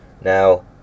Now